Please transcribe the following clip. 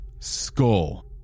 skull